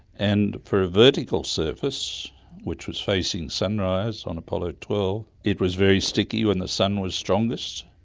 and for a vertical surface which was facing sunrise on apollo twelve it was very sticky when the sun was strongest,